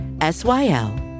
S-Y-L